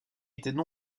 étaient